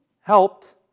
helped